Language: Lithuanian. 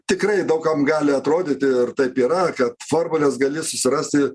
tikrai daug kam gali atrodyti ir taip yra kad formules gali susirasti